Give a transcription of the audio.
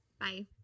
Bye